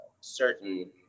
certain